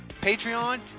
Patreon